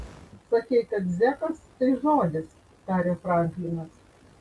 sakei kad zekas tai žodis tarė franklinas